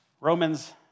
Romans